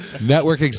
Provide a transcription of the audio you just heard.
network